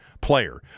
player